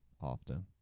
often